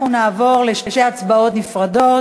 אנחנו נעבור לשתי הצבעות נפרדות.